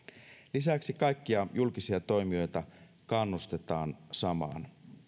lisäksi kaikkia julkisia toimijoita kannustetaan samaan